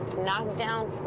knocked down,